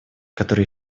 которые